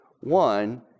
One